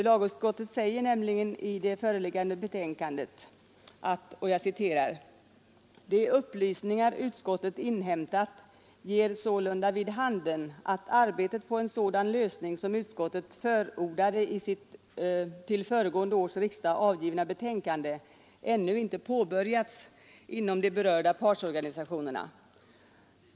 Lagutskottet säger nämligen i det föreliggande betänkandet: ”De upplysningar utskottet inhämtat ger sålunda vid handen, att arbetet på sådan lösning av frågan, som utskottet förordade i sitt till föregående års riksdag avgivna betänkande, ännu inte påbörjats inom de berörda partsorganisationerna.